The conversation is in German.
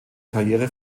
karriere